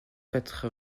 quatre